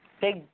big